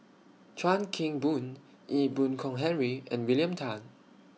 Chuan Keng Boon Ee Boon Kong Henry and William Tan